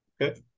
Okay